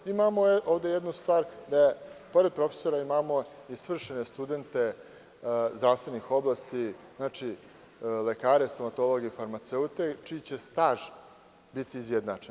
Imamo ovde jednu stvar, da pored profesora imamo i svršene studente zdravstvenih oblasti, lekare, stomatologe i farmaceute, čiji će staž biti izjednačen.